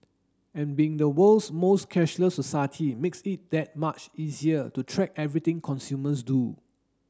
and being the world's most cashless society makes it that much easier to track everything consumers do